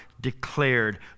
declared